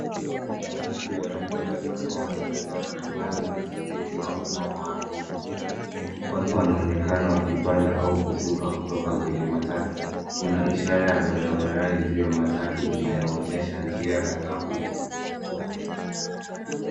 Matatu ya rangi ya samawati na njano ambayo ni usafiri wa umma maarufu. Watu wanaonekana wakipanda au kushuka kutoka kwenye matatu. Kuna ishara ya barabarani juu ya matatu inayoonyesha njia na nauli.